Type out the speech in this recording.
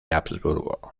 habsburgo